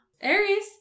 Aries